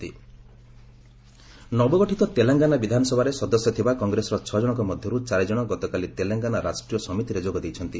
କଂଗ୍ରେସ ତେଲେଙ୍ଗାନା ନବଗଠିତ ତେଲଙ୍ଗାନା ବିଧାନସଭାରେ ସଦସ୍ୟ ଥିବା କଂଗ୍ରେସର ଛଅଜଣଙ୍କ ମଧ୍ୟରୁ ଚାରିଜଣ ଗତକାଲି ତେଲଙ୍ଗାନା ରାଷ୍ଟ୍ରୀୟ ସମିତିରେ ଯୋଗ ଦେଇଛନ୍ତି